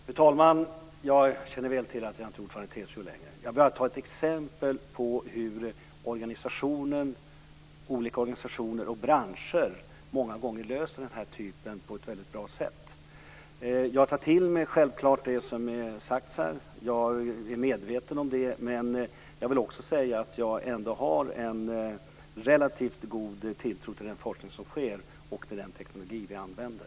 Fru talman! Jag känner väl till att jag inte längre är ordförande i TCO. Jag nämnde bara ett exempel på hur olika organisationer och branscher många gånger löser den här typen av frågor på ett väldigt bra sätt. Jag tar självfallet till mig det som har sagts här. Jag är medveten om problemet. Men jag vill säga att jag ändå har en relativt god tilltro till den forskning som görs och till den teknologi som vi använder.